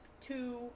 two